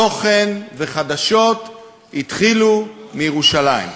תוכן וחדשות התחילו מירושלים.